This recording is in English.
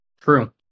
True